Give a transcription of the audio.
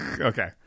Okay